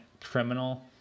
criminal